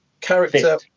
character